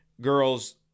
girls